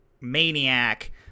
maniac